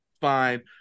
Fine